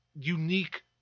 unique